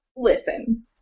Listen